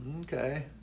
Okay